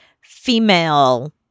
female